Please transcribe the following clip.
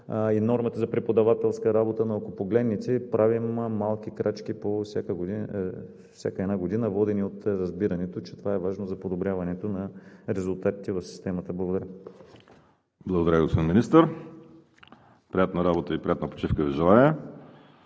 и нормата за преподавателска работа. Но ако погледнете, правим малки крачки всяка една година, водени от разбирането, че това е важно за подобряването на резултатите в системата. Благодаря. ПРЕДСЕДАТЕЛ ВАЛЕРИ СИМЕОНОВ: Благодаря, господин Министър. Приятна работа и приятна почивка Ви желая.